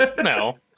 No